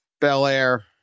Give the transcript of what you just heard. Bel-Air